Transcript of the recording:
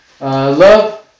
Love